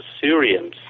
Syrians